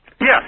Yes